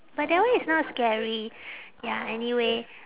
but that one is not scary ya anyway